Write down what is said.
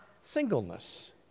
singleness